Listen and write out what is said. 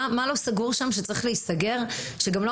מה לא סגור בתקנות שצריך להיסגר וגם לא